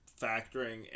factoring